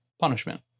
punishment